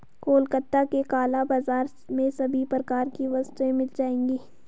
कोलकाता के काला बाजार में सभी प्रकार की वस्तुएं मिल जाएगी